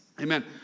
Amen